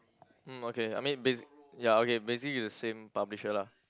mm okay I mean bas~ ya okay basically it's the same publisher lah